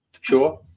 Sure